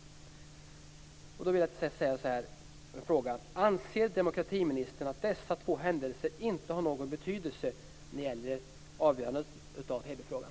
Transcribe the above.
Då är min fråga: Anser demokratiministern att dessa två omständigheter inte har någon betydelse för avgörandet av Hebyfrågan?